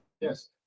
Yes